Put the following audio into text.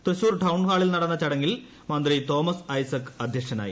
തൃശ്ശൂർ ഠൌൺ ഹാളിൽ നടന്ന ചടങ്ങിൽ മന്ത്രി തോമസ് ഐസ്സക് അധ്യക്ഷനായി